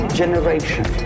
generation